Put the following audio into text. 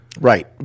Right